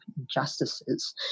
injustices